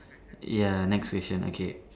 ya next question okay